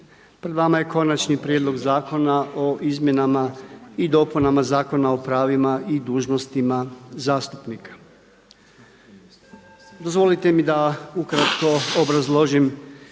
Pred vama je Konačni prijedlog Zakona o izmjenama i dopunama Zakona o pravima i dužnostima zastupnika. Dozvolite mi da ukratko obrazložim